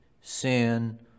sin